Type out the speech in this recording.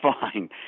fine